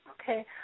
Okay